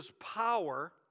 power